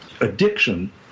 addiction